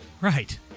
Right